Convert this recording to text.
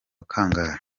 kangahe